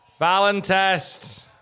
Valentest